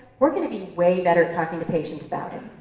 we're gonna be way better talking to patients about it.